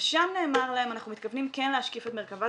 ושם נאמר להם: אנחנו מתכוונים כן להשקיף את מרכב"ה.